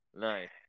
Nice